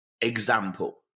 example